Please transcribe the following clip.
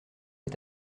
est